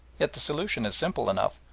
yet the solution is simple enough,